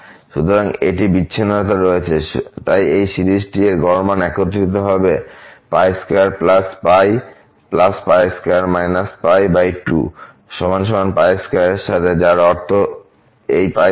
সুতরাং একটি বিচ্ছিন্নতা রয়েছে তাই এই সিরিজটি এই গড় মান একত্রিত হবে 2 π2 π22 এর সাথে যার অর্থ এই 2